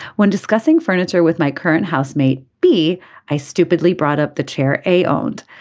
when discussing furniture with my current housemate be i stupidly brought up the chair a owned.